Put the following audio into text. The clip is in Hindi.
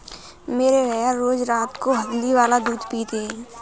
मेरे भैया रोज रात को हल्दी वाला दूध पीते हैं